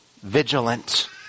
vigilant